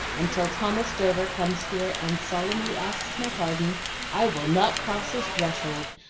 and till thomas dover comes here and solemnly asks my pardon i will not cross his threshold,